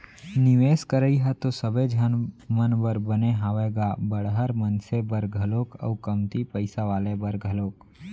निवेस करई ह तो सबे झन मन बर बने हावय गा बड़हर मनसे बर घलोक अउ कमती पइसा वाले बर घलोक